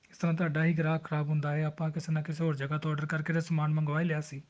ਇਸ ਤਰ੍ਹਾਂ ਤੁਹਾਡਾ ਹੀ ਗ੍ਰਾਹਕ ਖ਼ਰਾਬ ਹੁੰਦਾ ਹੈ ਆਪਾਂ ਕਿਸੇ ਨਾ ਕਿਸੇ ਹੋਰ ਜਗ੍ਹਾ ਤੋਂ ਔਡਰ ਕਰਕੇ ਤਾਂ ਸਮਾਨ ਮੰਗਵਾ ਹੀ ਲਿਆ ਸੀ